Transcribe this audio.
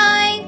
Bye